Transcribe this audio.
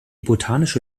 botanische